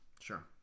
Sure